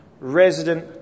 resident